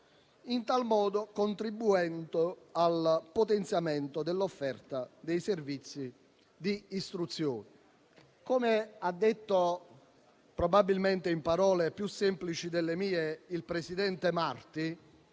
in tal modo contribuendo al potenziamento dell'offerta dei servizi di istruzione. Come ha detto probabilmente in parole più semplici delle mie il presidente Marti,